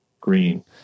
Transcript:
Green